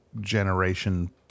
generation